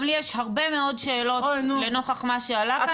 גם לי יש הרבה מאוד שאלות לנוכח מה שעלה כאן.